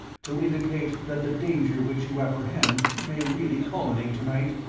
to indicate that the danger which you apprehend may really culminate to-night?